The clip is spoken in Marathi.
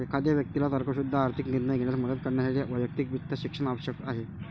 एखाद्या व्यक्तीला तर्कशुद्ध आर्थिक निर्णय घेण्यास मदत करण्यासाठी वैयक्तिक वित्त शिक्षण आवश्यक आहे